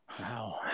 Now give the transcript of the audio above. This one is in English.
Wow